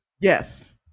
Yes